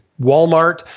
Walmart